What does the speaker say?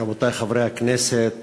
רבותי חברי הכנסת,